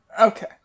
Okay